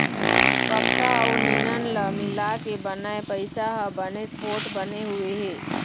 कपसा अउ लिनन ल मिलाके बनाए पइसा ह बनेच पोठ बने हुए हे